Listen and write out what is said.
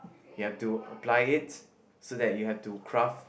you have to apply it so that you have to craft